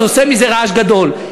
יוצא מזה רעש גדול.